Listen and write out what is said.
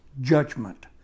judgment